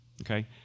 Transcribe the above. Okay